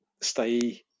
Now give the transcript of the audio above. stay